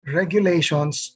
regulations